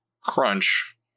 crunch